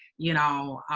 you know,